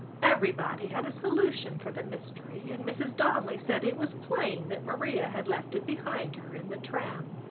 everybody had a solution for the mystery and mrs. donnelly said it was plain that maria had left it behind her in the tram.